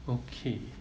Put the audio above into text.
okay